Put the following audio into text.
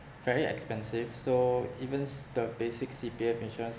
very expensive so even the basic C_P_F insurance